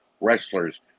wrestlers